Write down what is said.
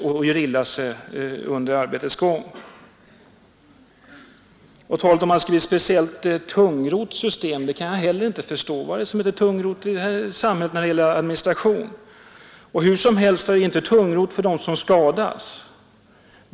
Talet om att det system som förordas i reservationen skulle bli speciellt tungrott kan jag inte heller förstå. Vad är det som inte är tungrott i det här samhället när det gäller administration? Hur som helst är det tungrott för dem som skadas.